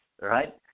right